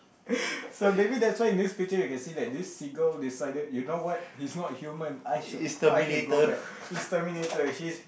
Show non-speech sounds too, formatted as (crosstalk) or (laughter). (breath) so maybe that's why in this picture you can see that this single decided you know what he's not human I should I should go back he's terminator he's